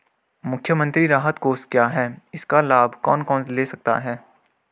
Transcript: मुख्यमंत्री राहत कोष क्या है इसका लाभ कौन कौन ले सकता है?